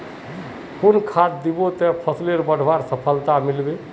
कुन खाद दिबो ते फसलोक बढ़वार सफलता मिलबे बे?